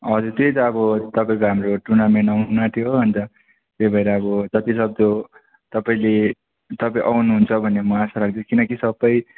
हजुर त्यही त अब तपाईँको हाम्रो टुर्नामेन्ट आउनु आँट्यो हो अन्त त्यही भएर अब जति सक्दो तपाईँले तपाईँ आउनुहुन्छ भन्ने म आशा राख्छु किनकि सबै